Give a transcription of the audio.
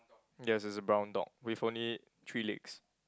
ya it's a brown dog with only three legs